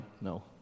no